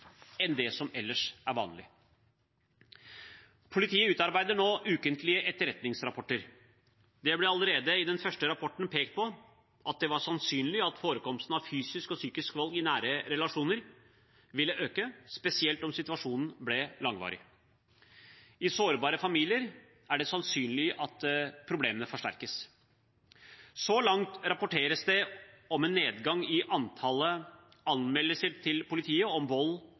enn det som ellers er vanlig. Politiet utarbeider nå ukentlige etterretningsrapporter. Det ble allerede i den første rapporten pekt på at det var sannsynlig at forekomsten av fysisk og psykisk vold i nære relasjoner ville øke, spesielt om situasjonen ble langvarig. I sårbare familier er det sannsynlig at problemene forsterkes. Så langt rapporteres det om en nedgang i antallet anmeldelser til politiet om vold